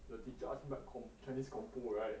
the teacher ask me write comp~ chinese compo right